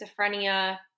schizophrenia